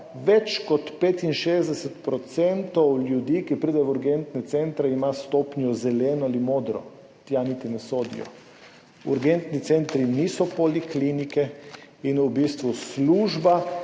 več kot 65 % ljudi, ki pride v urgentne centre, stopnjo zeleno ali modro, tja niti ne sodijo. Urgentni centri niso poliklinike in v bistvu služba,